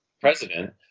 president